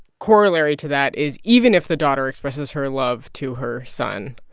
corollary to that is even if the daughter expresses her love to her son,